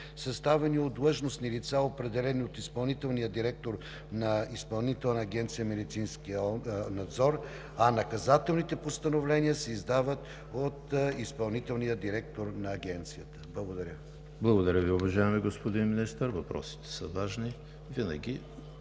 съставени от длъжностни лица, определени от изпълнителния директор на Изпълнителна агенция „Медицински надзор“, а наказателните постановления се издават от изпълнителния директор на Агенцията. Благодаря Ви. ПРЕДСЕДАТЕЛ ЕМИЛ ХРИСТОВ: Благодаря Ви, уважаеми господин Министър. Въпросите са важни и винаги